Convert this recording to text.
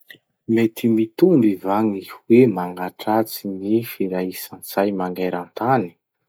Mety mitomby va gny hoe magnatratsy gny firaisan-tsay mangeran-tany?